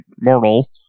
mortal